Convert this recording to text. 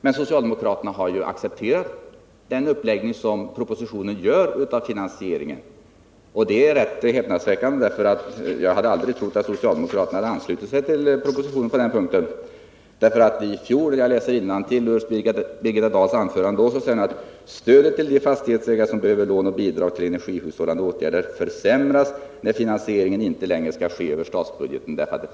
Men socialdemokraterna har ju accepterat den uppläggning av finansieringen som görs i propositionen. Detta är häpnadsväckande. Jag hade aldrig trott att socialdemokraterna skulle kunna ansluta sig till propositionen på den punkten, eftersom ni i fjol sade — jag läser här innantill ur Birgitta Dahls anförande —- ”att stödet till fastighetsägare som behöver lån och bidrag till energihushållande åtgärder försämras, när finansieringen inte längre skall ske över statsbudgeten”.